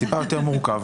זה טיפה יותר מורכב.